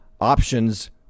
options